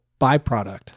byproduct